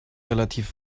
relativ